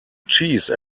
cheese